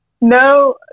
no